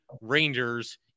Rangers